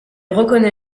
reconnait